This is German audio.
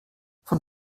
von